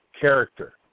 character